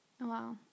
Wow